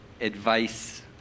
advice